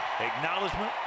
acknowledgement